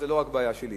זאת לא רק הבעיה שלי.